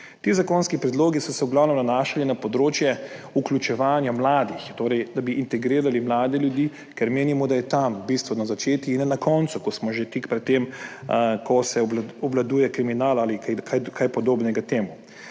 Ti zakonski predlogi so se v glavnem nanašali na področje vključevanja mladih, torej da bi integrirali mlade ljudi, ker menimo, da je bistveno začeti tam in ne na koncu, ko smo že tik pred tem, da se obvladuje kriminal ali kaj temu podobnega.